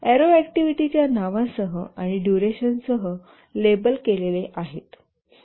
arrow अॅक्टिव्हिटीच्या नावांसह आणि डुरेशनसह लेबल केलेले आहेत